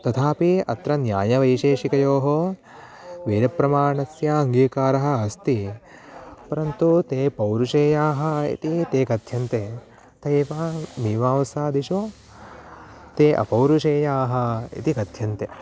तथापि अत्र न्यायवैशेषिकयोः वेदप्रमाणस्य अङ्गीकारः अस्ति परन्तु ते पौरुषेयाः इति ते कथ्यन्ते ते एव मीमांसादिषु ते अपौरुषेयाः इति कथ्यन्ते